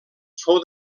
fou